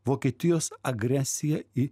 vokietijos agresiją į